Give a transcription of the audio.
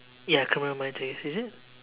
ya criminal minds is it